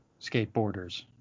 skateboarders